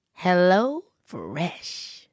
HelloFresh